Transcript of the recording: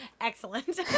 excellent